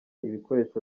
ibikoresho